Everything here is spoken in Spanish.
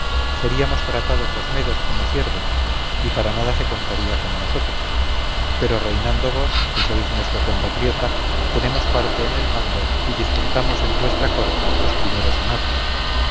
seriamos tratados los medos come siervos y para nada se contaría con nosotros pero reinando vos que sois nuestro compatriota tenemos parte en el mando y disfrutamos en vuestra corte los primeros honores